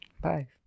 Bye